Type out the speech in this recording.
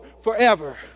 forever